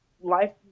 life